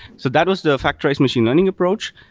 so that was the factorized machine learning approach.